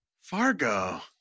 Fargo